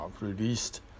released